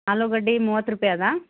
ಆಲೂಗಡ್ಡೆ ಮೂವತ್ತು ರೂಪಾಯ್ ಅದ